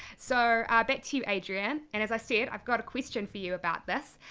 so back to you, adrian. and as i said, i've got a question for you about this.